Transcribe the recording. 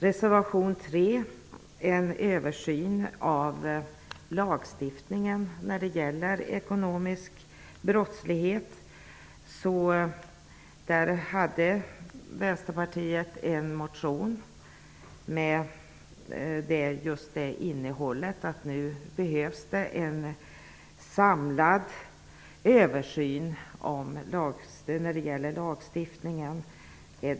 Reservation 3 handlar om en översyn av lagstiftningen när det gäller ekonomisk brottslighet. Vänsterpartiet har i en motion fört fram att det nu behövs en samlad översyn av lagstiftningen.